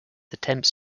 attempts